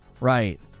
right